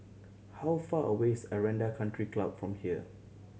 how far away is Aranda Country Club from here